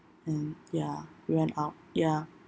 mm ya we went out ya